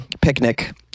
picnic